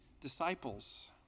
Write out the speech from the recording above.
disciples